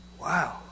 wow